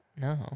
No